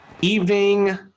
Evening